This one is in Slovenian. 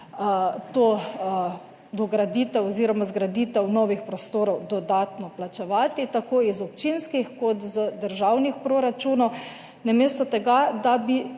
to dograditev oziroma zgraditev novih prostorov dodatno plačevati tako iz občinskih kot iz državnih proračunov, namesto tega, da bi